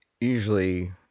usually